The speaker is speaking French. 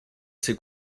ces